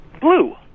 Blue